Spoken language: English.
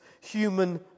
human